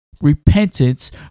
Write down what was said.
Repentance